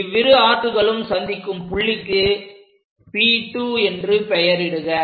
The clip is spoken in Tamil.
இவ்விரு ஆர்க்களும் சந்திக்கும் புள்ளிக்கு P2 என்று பெயரிடுக